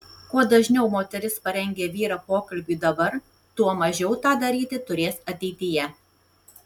kuo dažniau moteris parengia vyrą pokalbiui dabar tuo mažiau tą daryti turės ateityje